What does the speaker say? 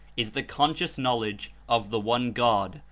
is the conscious knowledge of the one god,